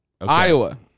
Iowa